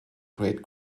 great